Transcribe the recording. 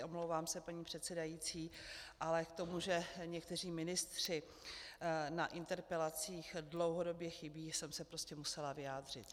Omlouvám se, paní předsedající, ale k tomu, že někteří ministři na interpelacích dlouhodobě chybějí, jsem se prostě musela vyjádřit.